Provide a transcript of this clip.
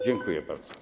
Dziękuję bardzo.